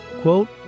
Quote